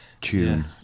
tune